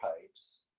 pipes